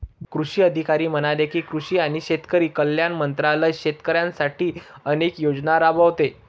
कृषी अधिकारी म्हणाले की, कृषी आणि शेतकरी कल्याण मंत्रालय शेतकऱ्यांसाठी अनेक योजना राबवते